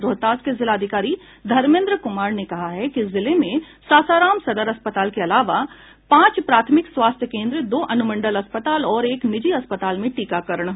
रोहतास के जिलाधिकारी धर्मेन्द्र कुमार ने कहा है कि जिले में सासाराम सदर अस्पताल के अलावा पांच प्राथमिक स्वास्थ्य केन्द्र दो अनुमंडल अस्पताल और एक निजी अस्पताल में टीकाकरण होगा